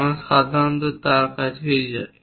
আমরা সাধারণত তার সাথে যাই